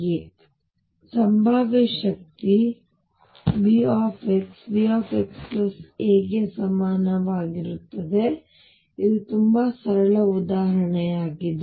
ಆದ್ದರಿಂದ ಈ ಸಂಭಾವ್ಯ V V xa ಗೆ ಸಮಾನವಾಗಿರುತ್ತದೆ ಇದು ತುಂಬಾ ಸರಳ ಉದಾಹರಣೆಯಾಗಿದೆ